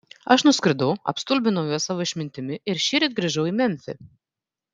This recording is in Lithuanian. aš nuskridau apstulbinau juos savo išmintimi ir šįryt grįžau į memfį